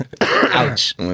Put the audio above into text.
Ouch